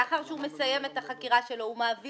לאחר שהוא מסיים את החקירה שלו הוא מעביר